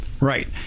Right